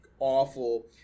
awful